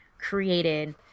created